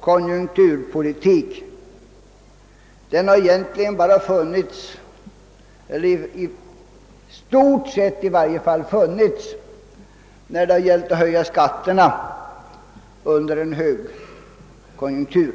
konjunkturpolitik inte är helt ny. I stort sett har viljan att driva en aktiv politik bara funnits då det gällt att höja skatterna under en högkonjunktur.